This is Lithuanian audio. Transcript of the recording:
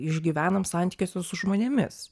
išgyvenam santykyje su su žmonėmis